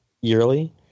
yearly